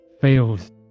fails